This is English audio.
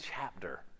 chapter